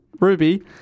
ruby